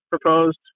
proposed